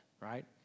right